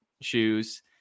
shoes